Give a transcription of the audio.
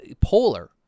Polar